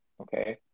okay